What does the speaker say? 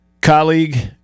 colleague